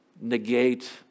negate